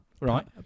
Right